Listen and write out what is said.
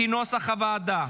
כנוסח הוועדה.